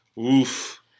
Oof